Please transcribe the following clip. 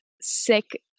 sick